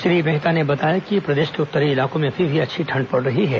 श्री मेहता ने बताया कि प्रदेश के उत्तरी इलाकों में अभी भी अच्छी ठंड पड़ रही है